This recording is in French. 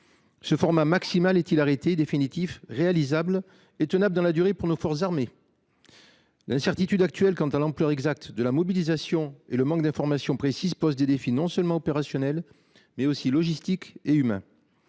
Ce format maximal est il arrêté, définitif, réalisable et tenable dans la durée pour nos forces armées ? L’incertitude actuelle quant à l’ampleur exacte de la mobilisation et le manque d’informations précises posent des défis non seulement opérationnels, mais aussi logistiques et humains.